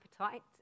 appetite